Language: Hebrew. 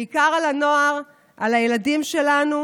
בעיקר על הנוער, על הילדים שלנו,